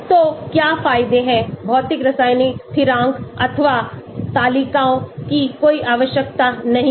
तो क्या फायदे हैं भौतिक रासायनिक स्थिरांक अथवा तालिकाओं की कोई आवश्यकता नहीं है